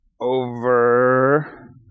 Over